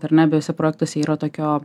ar ne abiejuose projektuose yra tokio